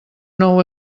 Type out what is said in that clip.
nou